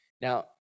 Now